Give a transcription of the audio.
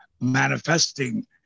manifesting